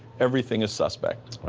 everything is suspect. yeah.